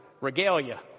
regalia